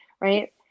right